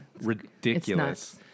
ridiculous